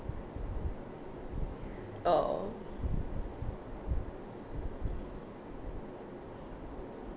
oh